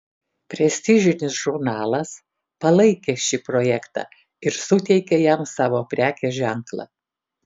prestižinis žurnalas palaikė šį projektą ir suteikė jam savo prekės ženklą